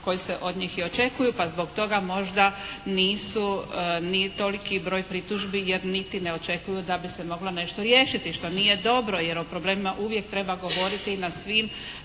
koji se od njih i očekuju, pa zbog toga možda nije toliki broj pritužbi jer niti očekuju da bi se moglo nešto riješiti što nije dobro jer o problemima uvijek treba govoriti na svim,